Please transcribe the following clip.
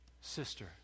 sister